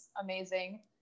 amazing